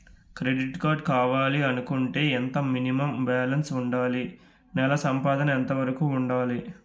Credit card కావాలి అనుకుంటే ఎంత మినిమం బాలన్స్ వుందాలి? నెల సంపాదన ఎంతవరకు వుండాలి?